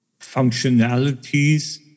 functionalities